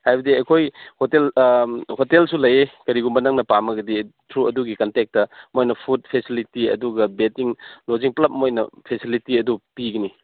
ꯍꯥꯏꯕꯗꯤ ꯑꯩꯈꯣꯏ ꯍꯣꯇꯦꯜ ꯍꯣꯇꯦꯜꯁꯨ ꯂꯩꯌꯦ ꯀꯔꯤꯒꯨꯝꯕ ꯅꯪꯅ ꯄꯥꯝꯂꯒꯗꯤ ꯊ꯭ꯔꯨ ꯑꯗꯨꯒꯤ ꯀꯟꯇꯦꯛꯇ ꯃꯣꯏꯅ ꯐꯨꯗ ꯐꯦꯁꯤꯂꯤꯇꯤ ꯑꯗꯨꯒ ꯕꯦꯗꯤꯡ ꯂꯣꯖꯤꯡ ꯄꯨꯂꯞ ꯃꯣꯏꯅ ꯐꯦꯁꯤꯂꯤꯇꯤ ꯑꯗꯨ ꯄꯤꯒꯅꯤ